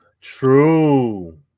True